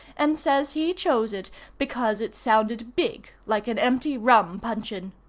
and says he chose it because it sounded big like an empty rum-puncheon.